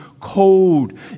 cold